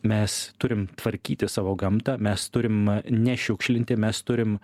mes turim tvarkyti savo gamtą mes turim nešiukšlinti mes turim